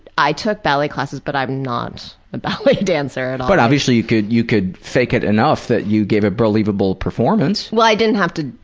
i took ballet classes but i not a ballet dancer. but obviously you could, you could fake it enough that you gave a believable performance. well, i didn't have to,